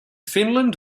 finland